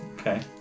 Okay